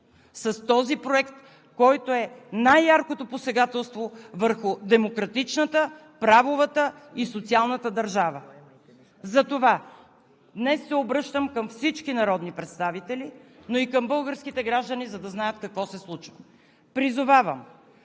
с този проект, който е най-яркото посегателство върху демократичната, правовата и социалната държава. Затова днес се обръщам към всички народни представители, но и към българските граждани, за да знаят какво се случва. Призовавам: